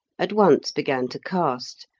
at once began to cast,